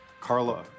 Carla